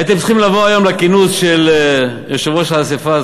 הייתם צריכים לבוא היום לכינוס של יושב-ראש האספה,